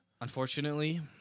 Unfortunately